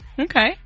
Okay